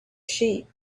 sheep